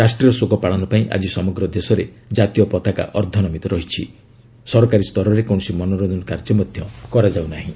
ରାଷ୍ଟ୍ରୀୟ ଶୋକ ପାଳନ ପାଇଁ ଆକି ସମଗ୍ର ଦେଶରେ ଜାତୀୟ ପତାକା ଅର୍ଦ୍ଧନମିତ ରହିଛି ଓ ସରକାରୀ ସ୍ତରରେ କୌଣସି ମନୋରଞ୍ଜନ କାର୍ଯ୍ୟ କରାଯାଉ ନାହିଁ